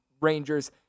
Rangers